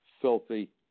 filthy